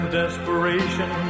desperation